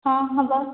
ହଁ ହେବ